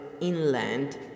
inland